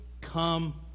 come